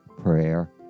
prayer